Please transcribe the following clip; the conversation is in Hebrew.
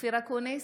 אופיר אקוניס,